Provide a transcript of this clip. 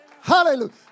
Hallelujah